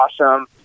awesome